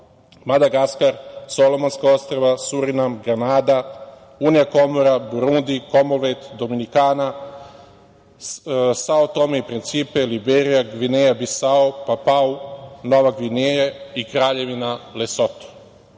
Madagaskar, Solomonska ostrva, Surinam, Granada, Unija komora, Burundi, Komonvelt, Dominikana, Sao Tome i Principe, Liberija, Gvineja Bisao, Papua Nova Gvineja i Kraljevina Lesoto. Namerno